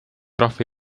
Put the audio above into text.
rahva